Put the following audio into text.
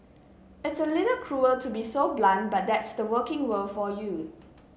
it's a little cruel to be so blunt but that's the working world for you